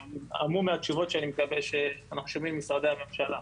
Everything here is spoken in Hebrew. ואני המום מהתשובות שאנחנו שומעים ממשרדי הממשלה.